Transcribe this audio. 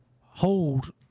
hold